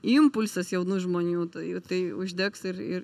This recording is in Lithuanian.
impulsas jaunų žmonių tai tai uždegs ir ir